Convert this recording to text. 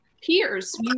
peers